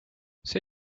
see